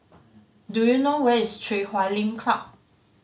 do you know where is Chui Huay Lim Club